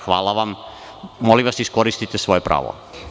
Hvala vam i molim vas, iskoristite svoje pravo.